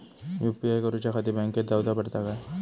UPI करूच्याखाती बँकेत जाऊचा पडता काय?